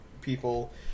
people